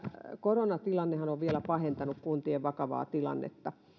koronatilannehan on on vielä pahentanut kuntien vakavaa tilannetta